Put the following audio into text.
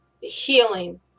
healing